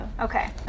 Okay